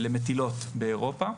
למטילות באירופה.